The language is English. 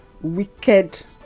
wicked